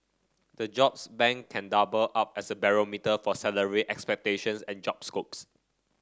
the jobs bank can double up as a barometer for salary expectations and job scopes